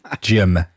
Jim